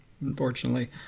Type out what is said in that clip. unfortunately